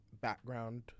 background